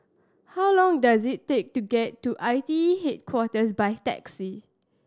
how long does it take to get to I T E Headquarters by taxi